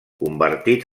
convertit